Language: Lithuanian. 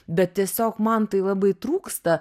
bet tiesiog man tai labai trūksta